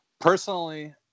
personally